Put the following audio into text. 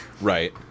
right